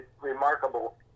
remarkable